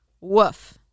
Woof